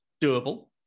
doable